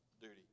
duty